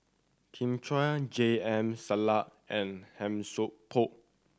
Kin Chui J M and Han Sai Por